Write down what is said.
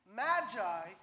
magi